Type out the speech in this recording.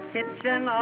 kitchen